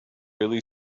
really